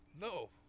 No